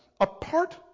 apart